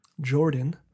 Jordan